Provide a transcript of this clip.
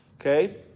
Okay